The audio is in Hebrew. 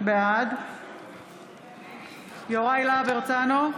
בעד יוראי להב הרצנו,